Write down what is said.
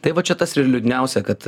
tai va čia tas ir liūdniausia kad